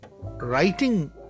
writing